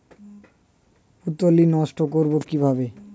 পুত্তলি নষ্ট করব কিভাবে?